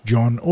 John